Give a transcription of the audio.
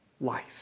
life